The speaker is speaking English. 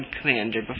commander